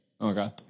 Okay